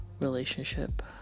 relationship